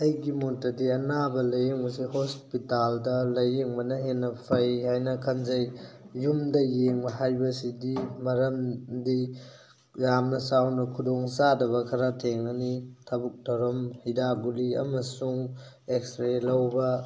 ꯑꯩꯒꯤ ꯃꯣꯠꯇꯗꯤ ꯑꯅꯥꯕ ꯂꯥꯏꯌꯦꯡꯕ ꯑꯁꯦ ꯍꯣꯁꯄꯤꯇꯥꯜꯗ ꯂꯥꯏꯌꯦꯡꯕꯅ ꯍꯦꯟꯅ ꯐꯩ ꯍꯥꯏꯅ ꯈꯟꯖꯩ ꯌꯨꯝꯗ ꯌꯦꯡꯕ ꯍꯥꯏꯕꯁꯤꯗꯤ ꯃꯔꯝꯗꯤ ꯌꯥꯝꯅ ꯆꯥꯎꯅ ꯈꯨꯗꯣꯡ ꯆꯥꯗꯕ ꯈꯔ ꯊꯦꯡꯅꯅꯤ ꯊꯕꯛ ꯊꯧꯔꯝ ꯍꯤꯗꯥꯛ ꯒꯨꯂꯤ ꯑꯃꯁꯨꯡ ꯑꯦꯛꯁ ꯔꯦ ꯂꯧꯕ